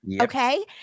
Okay